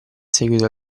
seguito